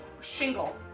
shingle